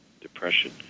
Depression